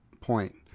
point